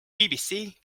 bbc